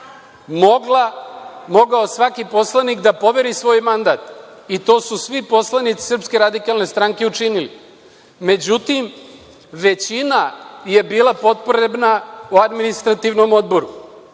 Srbije, mogao svaki poslanik da poveri svoj mandat i to su svi poslanici SRS učinili. Međutim, većina je bila potrebna u Administrativnom odboru